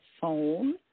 phone